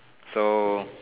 so